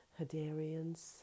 Hadarians